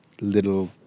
Little